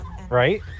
Right